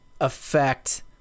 affect